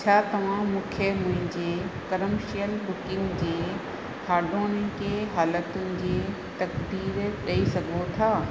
छा तव्हां मूंखे मुहिंजे कर्मशियल बुकिंग जी हाणोकि हालतुनि जी तसदीक़ु ॾई सघो था